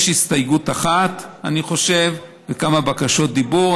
יש הסתייגות אחת, אני חושב, וכמה בקשות דיבור.